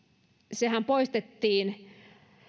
sehän poistettiin